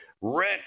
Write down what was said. Rick